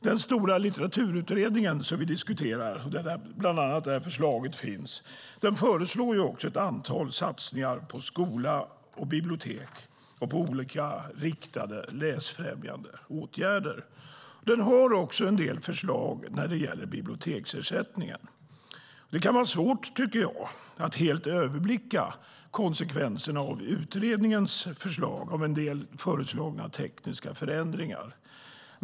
Den stora litteraturutredningen som vi diskuterar, där bland annat detta förslag finns, föreslår också ett antal satsningar på skola, bibliotek och olika riktade läsfrämjande åtgärder. Den har också en del förslag när det gäller biblioteksersättningen. Den kan vara svårt att helt överblicka konsekvenserna av utredningens förslag och en del föreslagna tekniska förändringar.